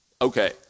okay